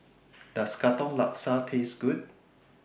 Does Katong Laksa Taste Good